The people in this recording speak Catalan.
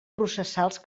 processals